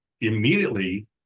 immediately